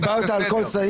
ה-OECD, האו"ם.